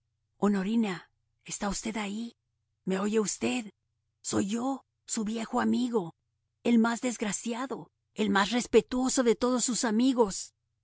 honorina está usted ahí me oye usted soy yo su viejo amigo el más desgraciado el más respetuoso de todos sus amigos